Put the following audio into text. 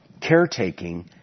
Caretaking